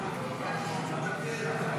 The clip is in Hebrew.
ההסתייגות הוסרה.